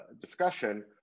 discussion